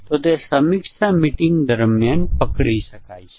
હવે આ આકૃતિ આ મ્યુટેશન ટેસ્ટીંગ પ્રક્રિયા બતાવે છે